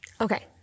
Okay